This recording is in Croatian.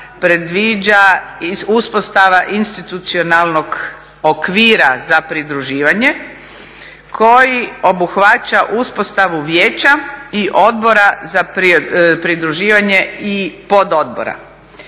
predviđa i uspostava institucionalnog okvira za pridruživanje koji obuhvaća uspostavu vijeća i odbora za pridruživanje i pododbora.